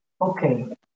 Okay